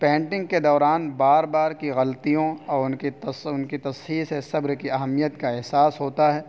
painting کے دوران بار بار کی غلطیوں اور ان کی ان کی تصحیح سے صبر کی اہمیت کا احساس ہوتا ہے